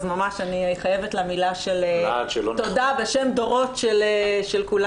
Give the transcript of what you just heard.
אז ממש אני חייבת לה מילה של תודה בשם דורות של כולנו.